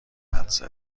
حدس